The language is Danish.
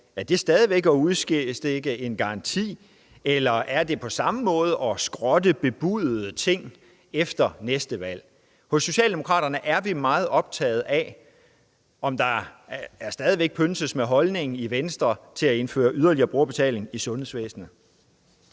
Er det stadig væk at udstikke en garanti, eller er det på samme måde at skrotte bebudede ting efter næste valg? Hos Socialdemokraterne er vi meget optaget af, om der i Venstre stadig pønses på at indføre yderligere brugerbetaling i sundhedsvæsenet.